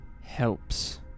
helps